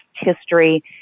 history